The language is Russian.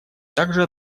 также